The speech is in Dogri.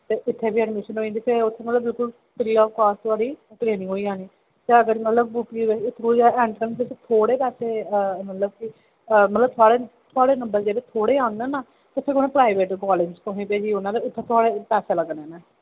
ते इत्थेंं बी एडमिशन होई जंदी मतलब बिलकुल फ्री ऑफ कॉस्ट ओह्दी ट्रेनिंग होई जानी ते इक्क च मतलब की थोह्ड़े पैसे मतलब की थुआढ़े नबर जेकर थोह्ड़े आङन ना ते फिर उनें तुसेंगी प्राईवेट कॉलेज़ भेजी ओड़ना ते फिर उत्थें तुसेंगी